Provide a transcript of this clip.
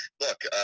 look